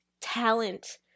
talent